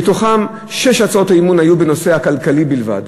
מתוכן שש הצעות אי-אמון היו בנושא הכלכלי בלבד.